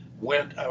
went